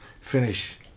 finish